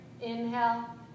inhale